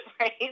right